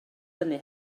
hynny